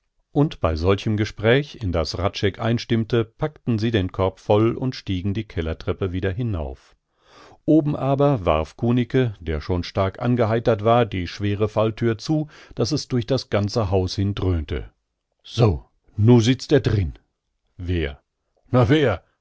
und bei solchem gespräch in das hradscheck einstimmte packten sie den korb voll und stiegen die kellertreppe wieder hinauf oben aber warf kunicke der schon stark angeheitert war die schwere fallthür zu daß es durch das ganze haus hin dröhnte so nu sitzt er drin wer na wer